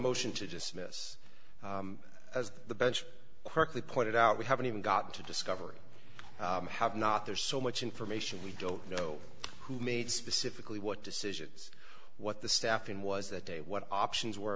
motion to dismiss as the bench correctly pointed out we haven't even gotten to discovery have not there's so much information we don't know who made specifically what decisions what the staffing was that day what options were